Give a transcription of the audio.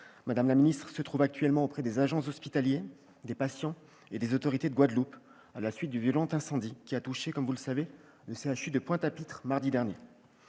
ce matin. Elle se trouve actuellement auprès des agents hospitaliers, des patients et des autorités de Guadeloupe, à la suite du violent incendie qui a touché, comme vous le savez, le CHU de Pointe-à-Pitre, mardi dernier.